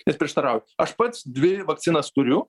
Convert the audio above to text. nes prieštarauja aš pats dvi vakcinas turiu